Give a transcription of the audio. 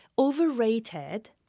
overrated